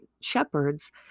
shepherds